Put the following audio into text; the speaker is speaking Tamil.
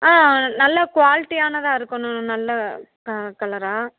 ஆ நல்லா குவாலிட்டியானதாக இருக்கணும் நல்ல க கலராக